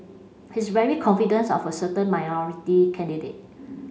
he's very confidence of a certain minority candidate